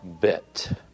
bit